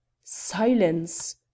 silence